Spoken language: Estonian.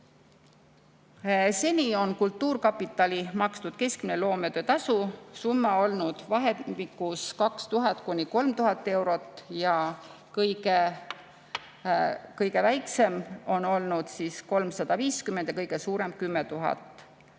Seni on kultuurkapitali makstud keskmine loometöötasu summa olnud vahemikus 2000–3000 eurot. Kõige väiksem on olnud 350 ja kõige suurem 10 000